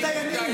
של דיינים.